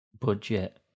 budget